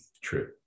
True